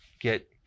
get